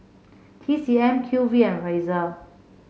T C M Q V and Razer